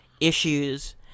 issues